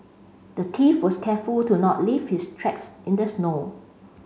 the thief was careful to not leave his tracks in the snow